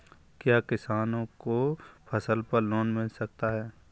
क्या किसानों को फसल पर लोन मिल सकता है?